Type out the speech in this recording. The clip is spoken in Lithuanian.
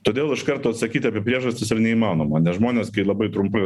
todėl iš karto atsakyt apie priežastis ir neįmanoma nes žmonės kai labai trumpai